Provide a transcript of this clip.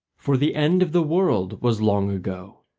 for the end of the world was long ago,